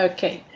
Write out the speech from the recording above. Okay